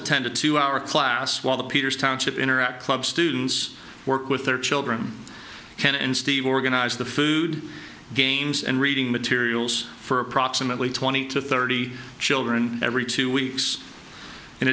attend a two hour class while the peters township interact club students work with their children ken and steve organize the food games and reading materials for approximately twenty to thirty children every two weeks in